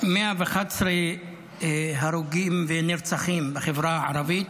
111 הרוגים ונרצחים בחברה הערבית.